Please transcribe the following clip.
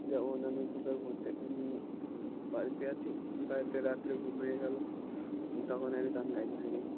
যেমন আমি কোথাও ঘুরতে আমি বাড়িতে আছি বাড়িতে রাত্রে ঘুম ভেঙে গেল তখন আমি গান গাইতে থাকি